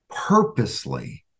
purposely